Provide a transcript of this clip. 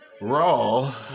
Raw